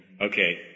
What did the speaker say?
Okay